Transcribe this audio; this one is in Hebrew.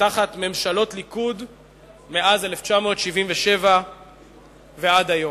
תחת ממשלות הליכוד מאז 1977 ועד היום.